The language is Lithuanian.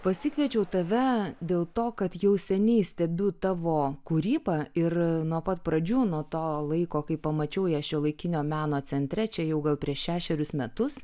pasikviečiau tave dėl to kad jau seniai stebiu tavo kūrybą ir nuo pat pradžių nuo to laiko kai pamačiau ją šiuolaikinio meno centre čia jau gal prieš šešerius metus